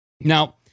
Now